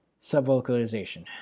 Subvocalization